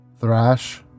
Thrash